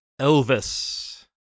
Elvis